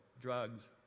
drugs